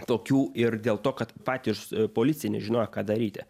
tokių ir dėl to kad patys policija nežinojo ką daryti